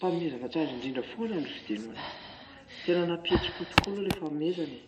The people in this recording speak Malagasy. Fanomezana tsara indrindra foana no fidianao ho anahy. Tena nampihetsi-po tokoa aloha lay fanomezana e.